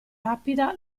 rapida